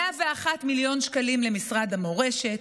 101 מיליון שקלים למשרד המורשת,